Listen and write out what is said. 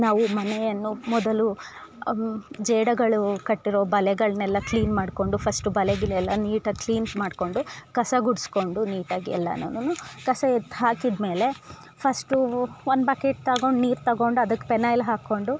ನಾವು ಮನೆಯನ್ನು ಮೊದಲು ಜೇಡಗಳು ಕಟ್ಟಿರೋ ಬಲೆಗಳನ್ನೆಲ್ಲ ಕ್ಲೀನ್ ಮಾಡ್ಕೊಂಡು ಫಸ್ಟು ಬಲೆ ಗಿಲೆಯೆಲ್ಲ ನೀಟಾಗಿ ಕ್ಲೀನ್ ಮಾಡ್ಕೊಂಡು ಕಸಗುಡಿಸ್ಕೊಂಡು ನೀಟಾಗಿ ಎಲ್ಲಾನೂನು ಕಸ ಎತ್ತಿ ಹಾಕಿದಮೇಲೆ ಫಸ್ಟು ಒಂದು ಬಕೆಟ್ ತಗೊಂಡು ನೀರು ತಗೊಂಡು ಅದಕ್ ಪೆನಾಯ್ಲ್ ಹಾಕೊಂಡು